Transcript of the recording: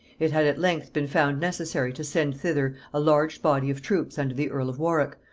it had at length been found necessary to send thither a large body of troops under the earl of warwick,